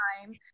time